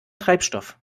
treibstoff